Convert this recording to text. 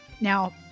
Now